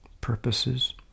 purposes